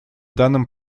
данном